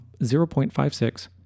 0.56